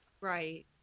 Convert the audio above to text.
right